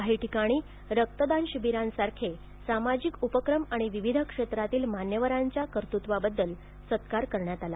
काही ठिकाणी रक्तदान शिबिरांसारखे सामाजिक उपक्रम आणि विविध क्षेत्रातील मान्यवरांचा कार्यकर्तृत्वाबद्दल सत्कार करण्यात आला